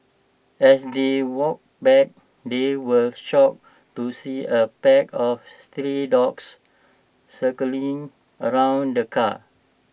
as they walked back they were shocked to see A pack of stray dogs circling around the car